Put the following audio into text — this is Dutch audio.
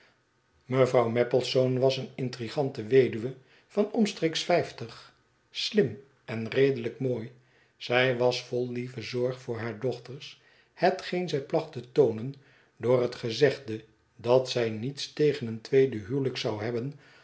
mevrouw maplesone was een intrigante weduwe van omstreeks vijftig slim en redelijk mooi zij was vol lieve zorg voor haar dochters hetgeen zij placht te toonen door het gezegde dat zij niets tegen een tweede huwelijk zou hebben